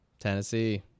Tennessee